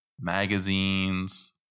magazines